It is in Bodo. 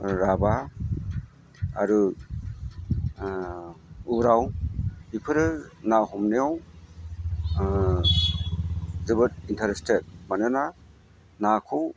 राभा आरो उराव बेफोरो ना हमनायाव जोबोद इन्थारेस्थेट मानोना नाखौ